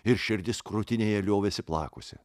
ir širdis krūtinėje liovėsi plakusi